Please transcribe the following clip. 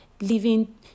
Living